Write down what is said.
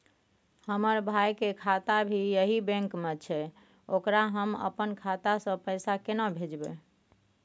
हमर भाई के खाता भी यही बैंक में छै ओकरा हम अपन खाता से पैसा केना भेजबै?